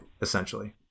essentially